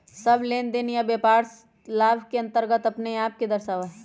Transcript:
सब लेनदेन या व्यापार लाभ के अन्तर्गत अपने आप के दर्शावा हई